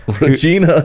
regina